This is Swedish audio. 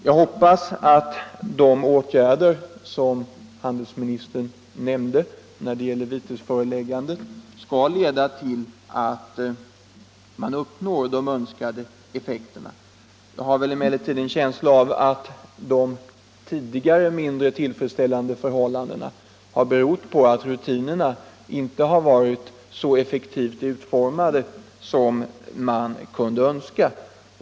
Jag hoppas att de åtgärder som handelsministern nämnde när det gäller vitesföreläggandet skall leda till att man uppnår de önskade effekterna. Jag har emellertid en känsla av att de tidigare mindre tillfredsställande förhållandena har berott på att rutinerna inte varit så effektivt utformade som man kunde önska.